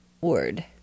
word